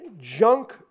junk